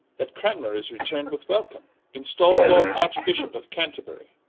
that cranmer is return'd with welcome install'd lord arch-byshop of canterbury